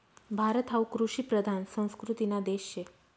भारत हावू कृषिप्रधान संस्कृतीना देश शे